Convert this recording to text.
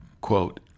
quote